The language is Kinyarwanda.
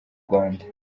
rwanda